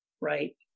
right